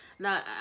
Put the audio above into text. Now